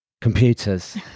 Computers